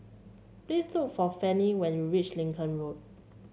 please look for Fanny when you reach Lincoln Road